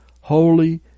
holy